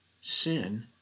Sin